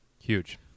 Huge